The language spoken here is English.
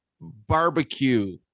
barbecue